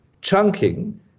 Chunking